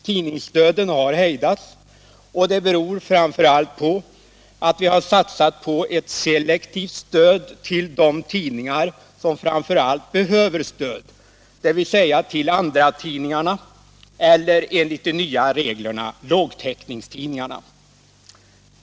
Tidningsdöden har hejdats, och detta beror framför allt på att vi har satsat på ett selektivt stöd till de tidningar som främst behöver stöd, dvs. andratidningarna eller, enligt de nya reglerna, lågtäckningstidningarna.